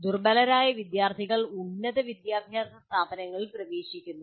ദുർബലരായ വിദ്യാർത്ഥികൾ ഉന്നത വിദ്യാഭ്യാസ സ്ഥാപനങ്ങളിൽ പ്രവേശിക്കുന്നു